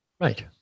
Right